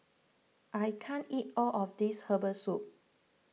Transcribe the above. I can't eat all of this Herbal Soup